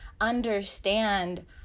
understand